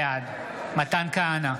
בעד מתן כהנא,